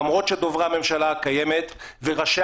למרות שדוברי הממשלה הקיימת וראשי